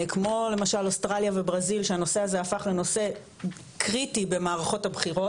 כמו למשל אוסטרליה וברזיל שהנושא הזה הפך להיות קריטי במערכות הבחירות,